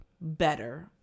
better